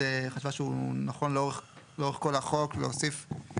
חשבה שהוא נכון לאורך כל החוק להוסיף,